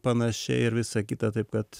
panašiai ir visą kitą taip kad